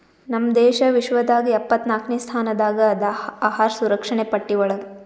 ನಮ್ ದೇಶ ವಿಶ್ವದಾಗ್ ಎಪ್ಪತ್ನಾಕ್ನೆ ಸ್ಥಾನದಾಗ್ ಅದಾ ಅಹಾರ್ ಸುರಕ್ಷಣೆ ಪಟ್ಟಿ ಒಳಗ್